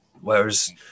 Whereas